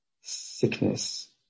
sickness